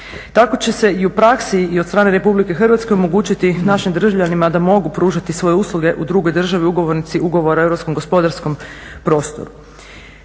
Tako će se i u praksi i od strane RH omogućiti našim državljanima da mogu pružati svoje usluge u drugoj državi ugovornici ugovora europskom gospodarskom prostoru.